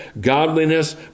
godliness